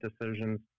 decisions